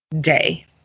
day